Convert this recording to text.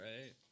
right